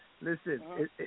listen